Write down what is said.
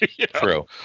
True